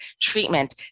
treatment